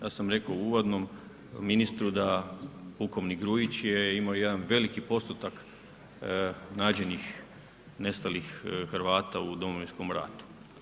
Ja sam rekao u uvodnom ministru da pukovnik Grujić je imao jedan veliki postotak nađenih nestalih Hrvata u Domovinskom ratu.